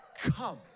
come